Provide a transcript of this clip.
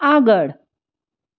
આગળ